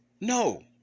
No